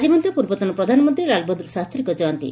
ଆକି ମଧ୍ୟ ପୂର୍ବତନ ପ୍ରଧାନମନ୍ତୀ ଲାଲ୍ବାହାଦୂର ଶାସ୍ତୀଙ୍ ଜୟନ୍ତୀ